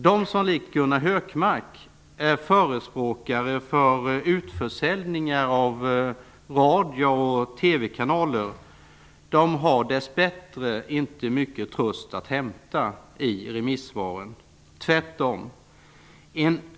De som likt Gunnar Hökmark är förespråkare för utförsäljningar av radio och TV-kanaler har dess bättre inte mycket tröst att hämta i remissvaren, tvärtom.